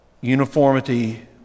Uniformity